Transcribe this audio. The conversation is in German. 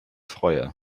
freue